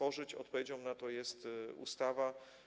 Odpowiedzią na to jest ustawa.